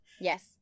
Yes